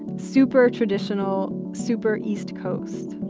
super traditional, super east coast.